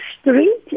street